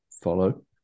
follow